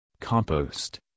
Compost